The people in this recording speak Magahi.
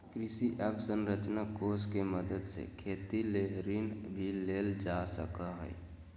कृषि अवसरंचना कोष के मदद से खेती ले ऋण भी लेल जा सकय हय